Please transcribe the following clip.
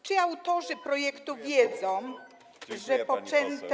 Czy autorzy projektu wiedzą, że poczęte.